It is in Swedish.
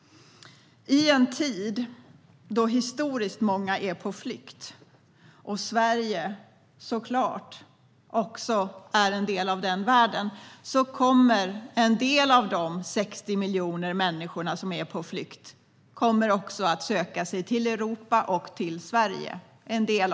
I en tid då historiskt många är på flykt och Sverige såklart också är en del av denna värld kommer en del av de 60 miljoner människor som är på flykt att söka sig till Europa och till Sverige.